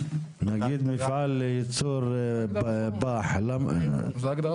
אני הייתי קוראת לזה מפעל רוע, אבל לא משנה.